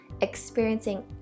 experiencing